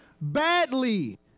badly